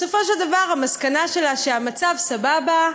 בסופו של דבר, המסקנה שלה היא שהמצב סבבה,